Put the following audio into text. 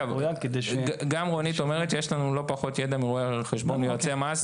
גם רונית אומרת שיש לנו לא פחות ידע מרואי חשבון ויועצי מס,